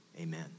Amen